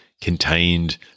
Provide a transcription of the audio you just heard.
contained